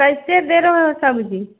कइसे दे रहल सब्जी